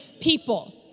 people